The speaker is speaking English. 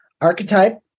archetype